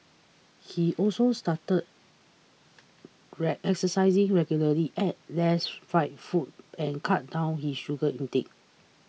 he also started re exercising regularly ate less fried food and cut down his sugar intake